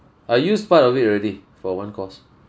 I use part of it already for one course